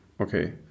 Okay